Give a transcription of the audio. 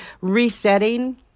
resetting